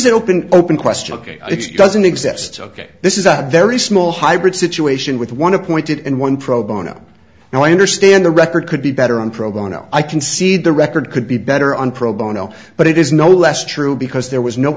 an open open question ok it doesn't exist ok this is a very small hybrid situation with one appointed and one pro bono and i understand the record could be better on pro bono i can see the record could be better on pro bono but it is no less true because there was no